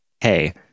Hey